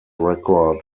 record